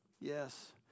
Yes